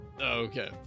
Okay